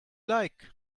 like